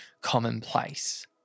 commonplace